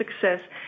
success